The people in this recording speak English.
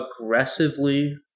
aggressively